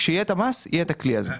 כשיהיה את המס יהיה את הכלי הזה.